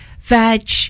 veg